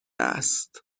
است